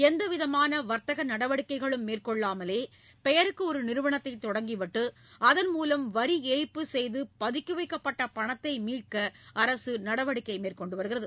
எந்தவிதமான வர்த்தக நடவடிக்கைகளும் மேற்கொள்ளாமலே பெயருக்கு ஒரு நிறுனத்தை தொடங்கிவிட்டு அதன் மூலம் வரி ஏய்ப்பு செய்து பதுக்கி வைக்கப்பட்ட பணத்தை மீட்க அரசு நடவடிக்கை மேற்கொண்டுள்ளது